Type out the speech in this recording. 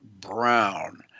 Brown